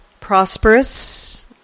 prosperous